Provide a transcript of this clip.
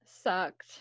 sucked